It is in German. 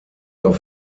auf